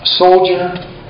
soldier